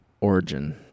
Origin